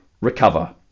recover